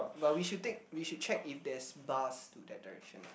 but we should take we should check if there's bus to that direction